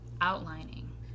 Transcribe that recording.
outlining